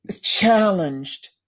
challenged